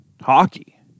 hockey